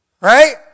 right